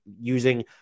using